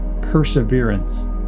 perseverance